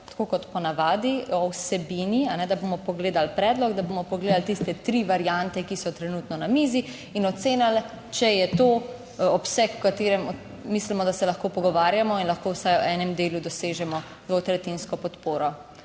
tako kot po navadi, o vsebini, da bomo pogledali predlog, da bomo pogledali tiste tri variante, ki so trenutno na mizi in ocenili, če je to obseg, v katerem mislimo, da se lahko pogovarjamo in lahko vsaj v enem delu dosežemo dvotretjinsko podporo.